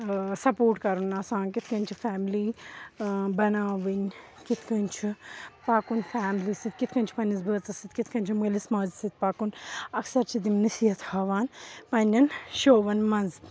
support کَرُن آسان کِتھٕ کٔنۍ چھِ فیملی بَناؤن کِتھٕ کٔنۍ چھُ پَکُن فیملی سٍتۍ کِتھٕ کٔنۍ چھِ پَنٕنِس بٲژَس سٍتۍ کِتھٕ کٔنۍ چھِ مألِس ماجہِ سٍتۍ پَکُن اَکثَر چھ تِم نصیٖحتھ ہاوان پَنٕنٮ۪ن شووَن منٛز